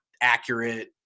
accurate